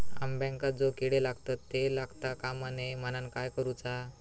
अंब्यांका जो किडे लागतत ते लागता कमा नये म्हनाण काय करूचा?